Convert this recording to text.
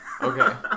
Okay